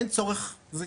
אין צורך, זה